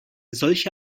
solche